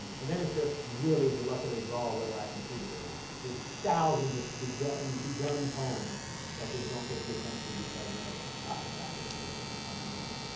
and then it's just really the luck of the draw whether i complete it or not. there's thousands of begun and begun poems that just don't get the attention because of soccer practice or something else.